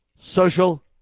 social